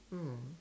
oh